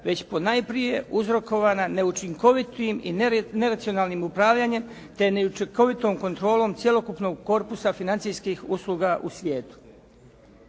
već ponajprije uzrokovana neučinkovitim i neracionalnim upravljanjem, te neučinkovitom kontrolom cjelokupnog korpusa financijskih usluga u svijetu.